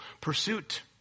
pursuit